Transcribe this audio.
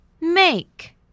Make